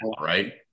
Right